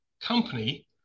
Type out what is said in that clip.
company